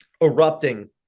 erupting